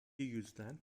yüzden